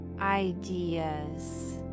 ideas